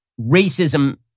racism